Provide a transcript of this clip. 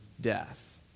death